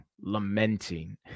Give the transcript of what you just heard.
lamenting